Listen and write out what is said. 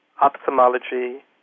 ophthalmology